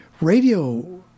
radio